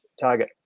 target